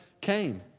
came